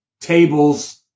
tables